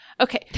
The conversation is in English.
Okay